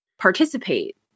participate